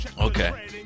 Okay